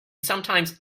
sometimes